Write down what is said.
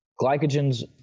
glycogen's